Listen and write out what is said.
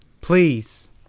Please